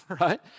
right